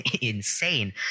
insane